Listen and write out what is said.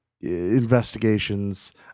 investigations